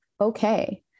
okay